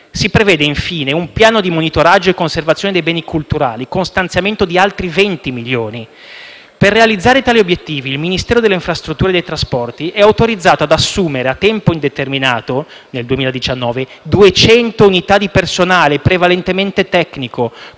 Si prevede infine un piano di monitoraggio e conservazione dei beni culturali, con stanziamento di altri 20 milioni. Per realizzare tali obiettivi, il Ministero delle infrastrutture e dei trasporti è autorizzato ad assumere a tempo indeterminato, nel 2019, 200 unità di personale, prevalen